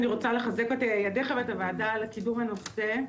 אני רוצה לחזק את ידיך ואת הוועדה על קידום הנושא,